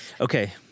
Okay